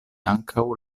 ankaŭ